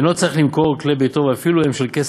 אם יש לו הרבה והוא עליו בחוב, או שממשכן לכתובת